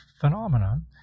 phenomenon